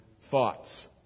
thoughts